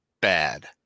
bad